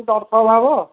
ଆପଣ ଦର୍ଶନ ହେବ